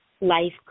life